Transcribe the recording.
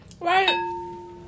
Right